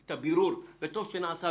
את הבירור, וטוב שהוא נעשה.